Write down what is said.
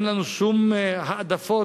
אין לנו שום העדפות.